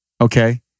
okay